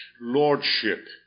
lordship